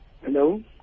Hello